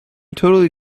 totally